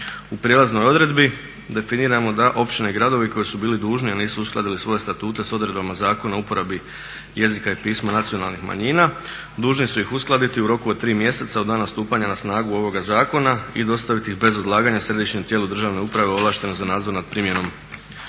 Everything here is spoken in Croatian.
U prijelaznoj odredbi definiramo da općine i gradovi koji su bili dužni a nisu uskladili svoje statute sa odredbama Zakona o uporabi jezika i pisma nacionalnih manjina dužni su ih uskladiti u roku od 3 mjeseca od dana stupanja na snagu ovoga zakona i dostaviti ih bez odlaganja središnjem tijelu države uprave ovlaštenom za nadzor nad primjenom